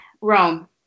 Rome